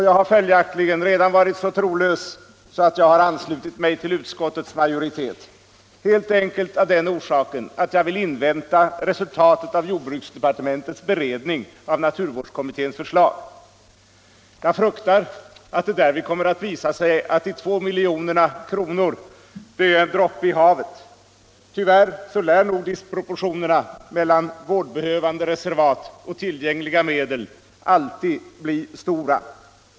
Jag har följaktligen redan varit så trolös att jag anslutit mig till utskottets majoritet, helt enkelt av den orsaken att jag vill invänta resultatet av jordbruksdepartementets beredning av naturvårdskommitténs förslag. Jag fruktar att det därvid kommer att visa sig att dessa 2 milj.kr. är en droppe i havet. Tyvärr lär nog disproportionerna mellan vårdbehövande reservat och tillgängliga medel alltid bli stora.